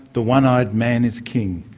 the one-eyed man is king'.